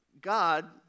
God